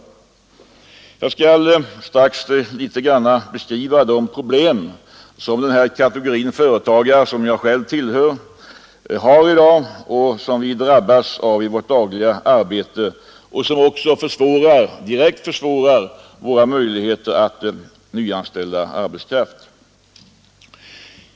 Strax skall jag litet grand beskriva de problem som den här kategorin företagare — vilken jag själv tillhör — nu har, som vi drabbas av i vårt dagliga arbete och som också direkt försvårar för oss att nyanställa arbetskraft.